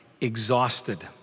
exhausted